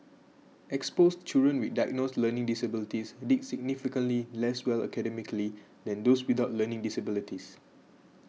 exposed children with diagnosed learning disabilities did significantly less well academically than those without learning disabilities